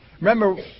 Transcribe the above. Remember